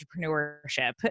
entrepreneurship